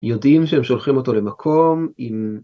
‫יודעים שהם שולחים אותו למקום, עם...